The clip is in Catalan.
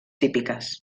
típiques